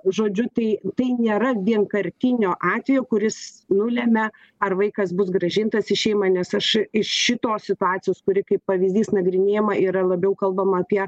žodžiu tai tai nėra vienkartinio atvejo kuris nulemia ar vaikas bus grąžintas į šeimą nes aš iš šitos situacijos kuri kaip pavyzdys nagrinėjama yra labiau kalbama apie